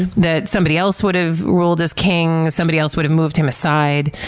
and that somebody else would have ruled as king, somebody else would have moved him aside,